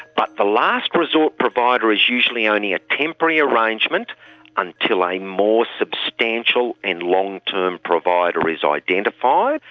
but the last resort provider is usually only a temporary arrangement until a more substantial and long term provider is identified,